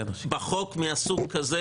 בחוק מסוג כזה,